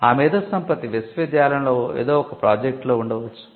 ఆ మేధో సంపత్తి విశ్వవిద్యాలయంలో ఏదో ఒక ప్రాజెక్ట్ లో ఉండవచ్చు